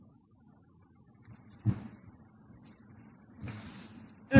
আরও কম